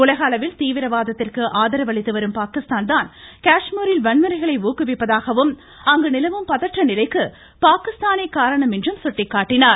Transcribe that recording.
உலகளவில் தீவிரவாதத்திற்கு ஆதரவளித்து வரும் பாகிஸ்தான் தான் காஷ்மீரில் வன்முறைகளை ஊக்குவிப்பதாகவும் அங்கு நிலவும் பதற்றநிலைக்கு பாகிஸ்தானே காரணம் என்றும் சுட்டிக்காட்டினார்